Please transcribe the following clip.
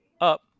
up